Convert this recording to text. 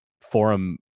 forum